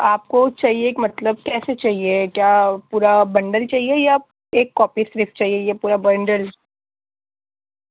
آپ کو چاہیے ایک مطلب کیسے چاہیے کیا پورا بنڈل چاہیے یا ایک کاپی صرف چاہیے یا پورا بنڈل